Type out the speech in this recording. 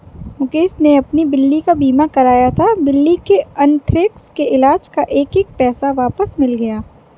मुकेश ने अपनी बिल्ली का बीमा कराया था, बिल्ली के अन्थ्रेक्स के इलाज़ का एक एक पैसा वापस मिल गया